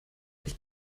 ich